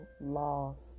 lost